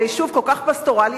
ביישוב כל כך פסטורלי,